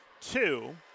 two